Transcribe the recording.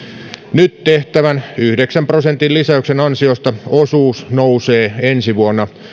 nyt tehtävän yhdeksän prosentin lisäyksen ansiosta osuus nousee ensi vuonna